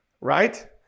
right